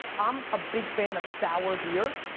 i'm a big fan of sour beer,